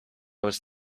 was